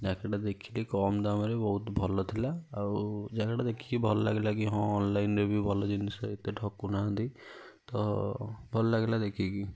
ଜ୍ୟାକେଟ୍ଟା ଦେଖିଲି କମ୍ ଦାମ୍ରେ ବହୁତ ଭଲ ଥିଲା ଆଉ ଜ୍ୟାକେଟ୍ଟା ଦେଖିକି ଭଲ ଲାଗିଲା କି ହଁ ଅନ୍ଲାଇନ୍ରେ ବି ଭଲ ଜିନଷ ଏତେ ଠକୁ ନାହାନ୍ତି ତ ଭଲ ଲାଗିଲା ଦେଖିକି